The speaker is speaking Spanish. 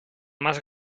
más